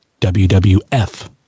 WWF